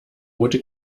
rote